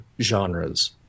genres